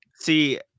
See